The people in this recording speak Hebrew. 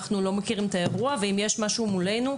אנחנו לא מכירים את האירוע ואם יש משהו מולנו,